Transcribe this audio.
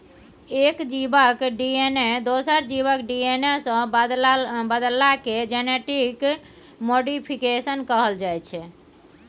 एक जीबक डी.एन.ए दोसर जीबक डी.एन.ए सँ बदलला केँ जेनेटिक मोडीफिकेशन कहल जाइ छै